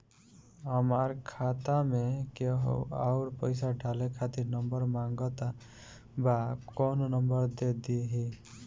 हमार खाता मे केहु आउर पैसा डाले खातिर नंबर मांगत् बा कौन नंबर दे दिही?